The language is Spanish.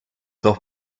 dos